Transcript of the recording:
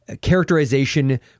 characterization